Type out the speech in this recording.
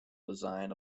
design